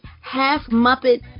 half-Muppet